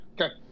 Okay